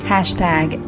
Hashtag